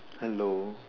hello